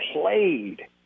played